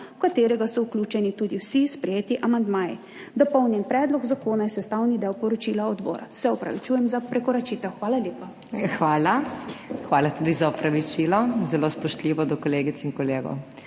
v katerega so vključeni tudi vsi sprejeti amandmaji. Dopolnjen predlog zakona je sestavni del poročila odbora. Se opravičujem za prekoračitev. Hvala lepa. **PODPREDSEDNICA MAG. MEIRA HOT:** Hvala. Hvala tudi za opravičilo. Zelo spoštljivo do kolegic in kolegov.